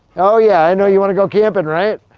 oh yeah, i know you want to go camping, right?